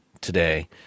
today